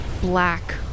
black